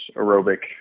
aerobic